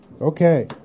Okay